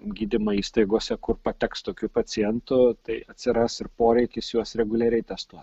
gydymo įstaigose kur pateks tokių pacientų tai atsiras ir poreikis juos reguliariai testuoti